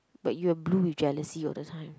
but you are blue with jealousy all the time